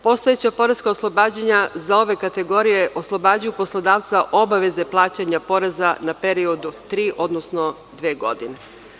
Postojeća poreska oslobađanja za ove kategorije oslobađaju poslodavca obaveze plaćanja poreza na period od tri, odnosno dve godine.